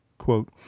Quote